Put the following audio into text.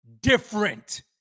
different